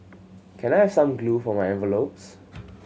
can I have some glue for my envelopes